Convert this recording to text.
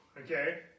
okay